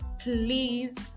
please